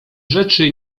rzeczy